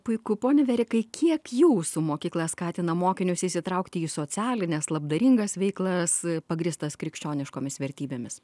puiku pone verikai kiek jūsų mokykla skatina mokinius įsitraukti į socialines labdaringas veiklas pagrįstas krikščioniškomis vertybėmis